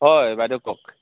হয় বাইদেউ কওক